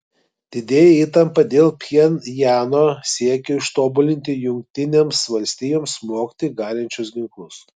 didėja įtampa dėl pchenjano siekio ištobulinti jungtinėms valstijoms smogti galinčius ginklus